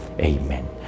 Amen